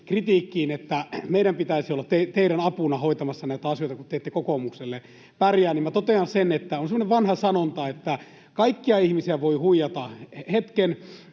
että meidän pitäisi olla teidän apunanne hoitamassa näitä asioita, kun te ette kokoomukselle pärjää, minä totean sen, että on semmoinen vanha sanonta, että ”kaikkia ihmisiä voi huijata hetken